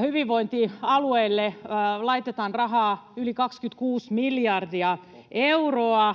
Hyvinvointialueille laitetaan rahaa yli 26 miljardia euroa